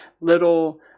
little